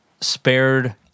spared